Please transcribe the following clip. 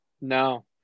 No